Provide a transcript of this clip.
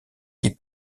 qui